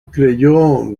creyó